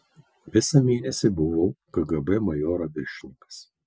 visą mėnesį buvau kgb majoro viršininkas